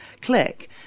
click